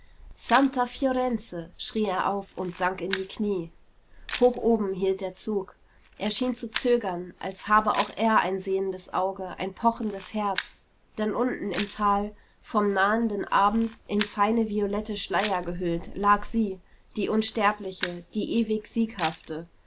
santa fiorenze schrie er auf und sank in die knie hoch oben hielt der zug er schien zu zögern als habe auch er ein sehendes auge ein pochendes herz denn unten im tal vom nahenden abend in feine violette schleier gehüllt lag sie die unsterbliche die ewig